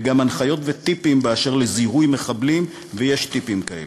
וגם הנחיות וטיפים לזיהוי מחבלים, ויש טיפים כאלה.